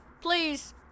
please